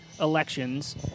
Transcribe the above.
elections